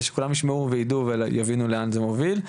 שכולם ישמעו וידעו ויבינו לאן זה מוביל.